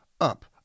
up